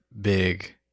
big